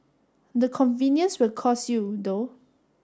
the convenience will cost you though